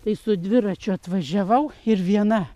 tai su dviračiu atvažiavau ir viena